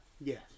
yes